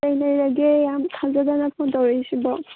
ꯀꯔꯤ ꯂꯩꯔꯒꯦ ꯌꯥꯝ ꯊꯥꯖꯗꯅ ꯐꯣꯟ ꯇꯧꯔꯛꯏꯁꯤꯕꯣ